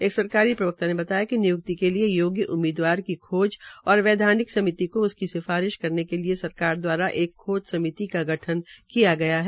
एक सरकारी प्रवक्ता ने बताया कि निय्क्ति के लिए योग्य उम्मीदवार की खोज और वैद्यानिक समिति को उसकी सिफारिश करने के लिए सरकार दवारा एक खोज समिति का गठन किया है